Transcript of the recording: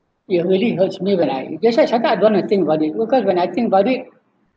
it really hurts me when I that's why I cakap I don't want to think about it because when I think about it